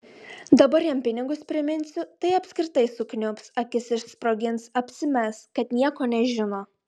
dabar jam pinigus priminsiu tai apskritai sukniubs akis išsprogins apsimes kad nieko nežino